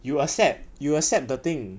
you accept you accept the thing